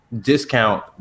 Discount